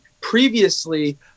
previously